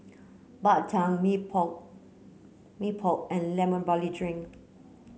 Bak Chang Mee Pok Mee Pok and lemon barley drink